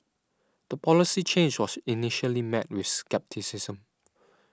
the policy change was initially met with scepticism